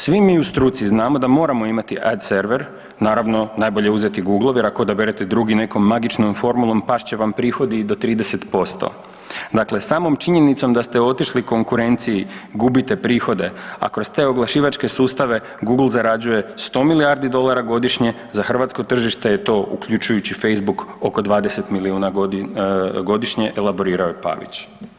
Svi mi u struci znamo da moramo imati add server, naravno, najbolje uzeti Googleov jer ako odaberete drugi, nekom magičnom formulom past će vam prihodi i do 30%. dakle samom činjenicom da ste otišli konkurenciji gubite prihode, a kroz te oglašivačke sustave Google zarađuje 100 milijardi dolara godišnje, za hrvatsko tržište je to, uključujući Facebook, oko 20 milijuna godišnje, elaborirao je Pavić.